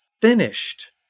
Finished